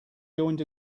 joined